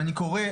ואני קורא,